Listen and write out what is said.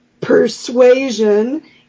persuasion